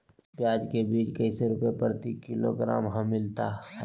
प्याज के बीज कैसे रुपए प्रति किलोग्राम हमिलता हैं?